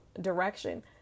direction